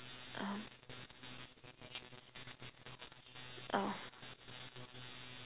um uh